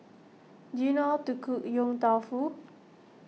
do you know how to cook Yong Tau Foo